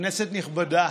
כנסת נכבדה,